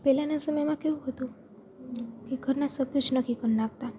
પહેલાંના સમયમાં કેવું હતું કે ઘરના સભ્યો જ નક્કી કરી નાખતા